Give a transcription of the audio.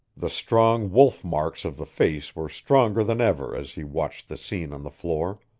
the strong wolf-marks of the face were stronger than ever as he watched the scene on the floor.